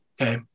Okay